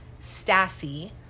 Stassi